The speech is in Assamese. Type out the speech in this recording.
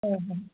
হয় হয়